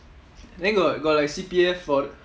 then got got like C_P_F for